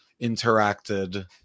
interacted